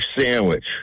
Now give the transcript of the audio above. sandwich